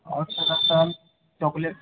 और सर आपका चॉकलेट